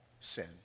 sin